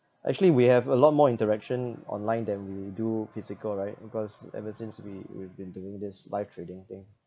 actually we have a lot more interaction online than we do physical right because ever since we we've been doing this live trading thing